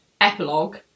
Epilogue